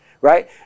right